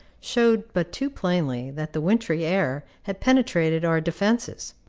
showed but too plainly that the wintry air had penetrated our defences.